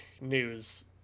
news